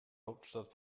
hauptstadt